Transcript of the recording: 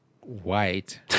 White